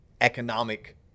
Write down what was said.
economic